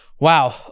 wow